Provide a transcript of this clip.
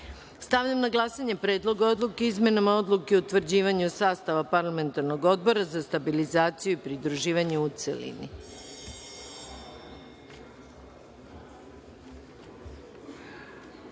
odluke. Stavljam na glasanje Predlog odluke o izmenama Odluke o utvrđivanju sastava Parlamentarnog odbora za stabilizaciju i pridruživanje, u